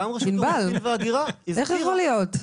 ענבל, איך יכול להיות?